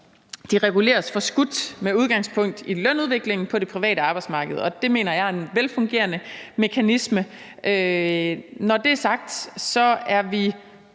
reguleres forskudt med udgangspunkt i lønudviklingen på det private arbejdsmarked. Det mener jeg er en velfungerende mekanisme. Når det er sagt, er vi